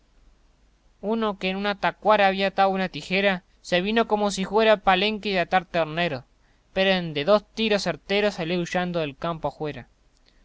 uno que en una tacuara había atao una tijera se vino como si juera palenque de atar terneros pero en dos tiros certeros salió aullando campo ajuera